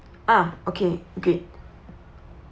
ah okay good